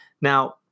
Now